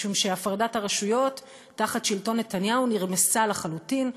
משום שהפרדת הרשויות תחת שלטון נתניהו נרמסה לחלוטין.